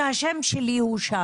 שהשם שלי הוא שם,